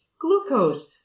glucose